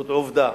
זאת עובדה.